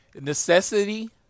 necessity